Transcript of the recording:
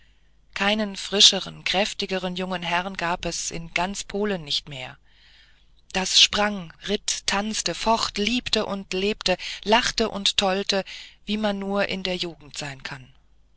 keinen frischeren kräftigeren jungen herrn gab es in ganz polen nicht mehr das sprang ritt tanzte focht liebte und lebte lachte und tollte wie man nur in der jugend sein kann